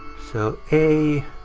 so, a,